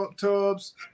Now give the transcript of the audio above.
tubs